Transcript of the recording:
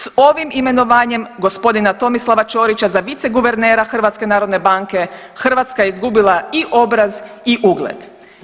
S ovim imenovanjem gospodina Tomislava Čorića za viceguvernera HNB-a Hrvatska je izgubila i obraz i ugled.